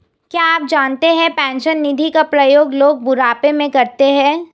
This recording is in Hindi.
क्या आप जानते है पेंशन निधि का प्रयोग लोग बुढ़ापे में करते है?